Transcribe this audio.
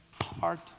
heart